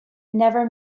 never